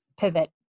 pivot